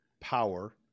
power